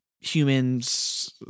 Humans